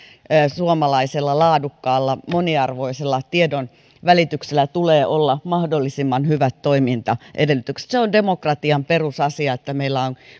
suomalaisella laadukkaalla moniarvoisella tiedonvälityksellä tulee olla mahdollisimman hyvät toimintaedellytykset se on demokratian perusasia että meillä on